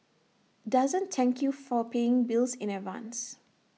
doesn't thank you for paying bills in advance